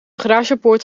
garagepoort